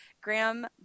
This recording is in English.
Graham